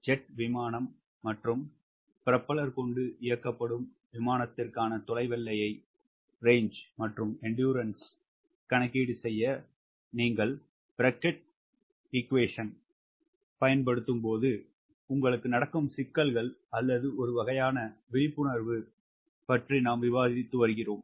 jet விமானம் மற்றும் propeller கொண்டு இயக்கப்படும் விமானத்திற்கான தொலைவெல்லை மற்றும் எண்டுரன்ஸ் கணக்கீடு செய்ய நீங்கள் ப்ரெகூட் உறவைப் பயன்படுத்தும்போது உங்களுக்கு நடக்கும் சிக்கல்கள் அல்லது ஒரு வகையான விழிப்புணர்வு பற்றி நாம் விவாதித்து வருகிறோம்